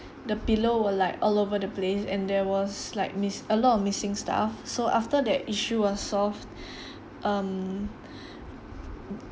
the pillow were like all over the place and there was like mis~ a lot of missing stuff so after that issue was solved um